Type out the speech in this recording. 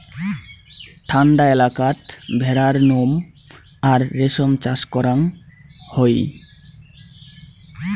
ঠান্ডা এলাকাত ভেড়ার নোম আর রেশম চাষ করাং হই